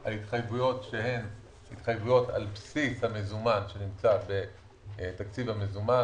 על התחייבויות על בסיס המזומן שנמצא בתקציב המזומן,